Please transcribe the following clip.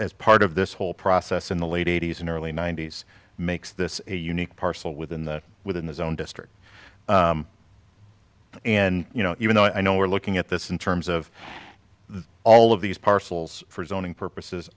part of this whole process in the late eighty's and early ninety's makes this a unique parcel within the within his own district and you know even though i know we're looking at this in terms of all of these parcels for zoning purposes